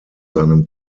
seinem